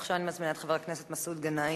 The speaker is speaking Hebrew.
עכשיו אני מזמינה את חבר הכנסת מסעוד גנאים,